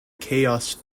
chaos